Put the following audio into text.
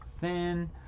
thin